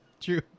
true